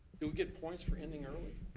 do we get points for ending early?